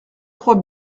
trois